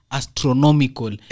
astronomical